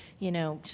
you know,